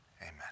amen